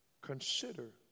Consider